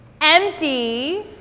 empty